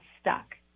stuck